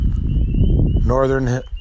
northern